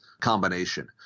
combination